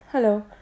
Hello